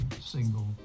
single